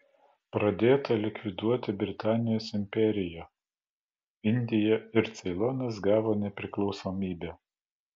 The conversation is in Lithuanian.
pradėta likviduoti britanijos imperiją indija ir ceilonas gavo nepriklausomybę